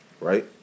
Right